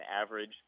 average